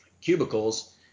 cubicles